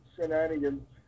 shenanigans